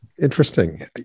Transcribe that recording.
Interesting